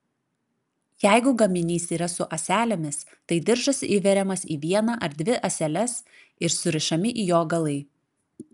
jeigu gaminys yra su ąselėmis tai diržas įveriamas į vieną ar dvi ąseles ir surišami jo galai